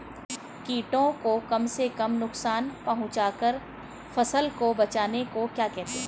कीटों को कम से कम नुकसान पहुंचा कर फसल को बचाने को क्या कहते हैं?